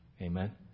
Amen